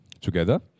Together